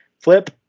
flip